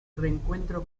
reencuentro